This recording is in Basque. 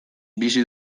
bizi